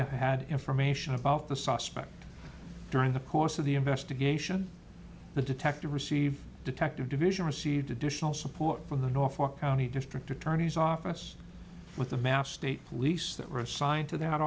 have had information about the suspect during the course of the investigation the detective received detective division received additional support from the norfolk county district attorney's office with the mass state police that were assigned to that